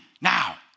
now